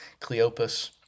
Cleopas